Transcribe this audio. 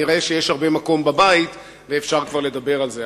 נראה שיש הרבה מקום בבית ואפשר כבר לדבר על זה.